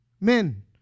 Men